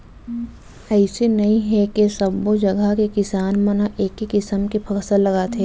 अइसे नइ हे के सब्बो जघा के किसान मन ह एके किसम के फसल लगाथे